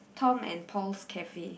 Tom and Paul's Cafe